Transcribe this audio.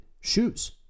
shoes